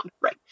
right